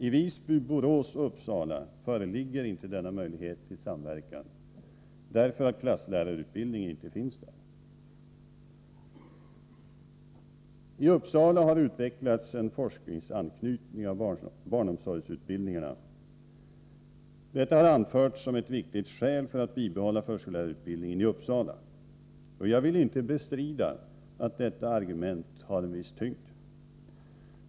I Visby, Borås och Uppsala föreligger inte denna möjlighet till samverkan, därför att klasslärarutbildning inte finns där. I Uppsala har utvecklats en forskninganknytning av barnomsorgsutbildningarna. Detta har anförts som ett viktigt skäl för att bibehålla förskollärarutbildningen i Uppsala, och jag vill inte bestrida att detta argument har en viss tyngd.